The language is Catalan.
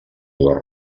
dues